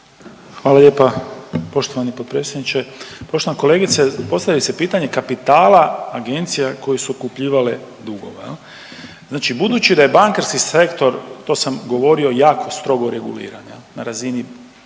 Hvala lijepa poštovani potpredsjedniče. Poštovana kolegice, postavlja se pitanje kapitala agencija koje su otkupljivale dugove jel. Znači budući da je bankarski sektor, to sam govorio, jako strogo reguliran jel, na razini EU,